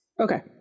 Okay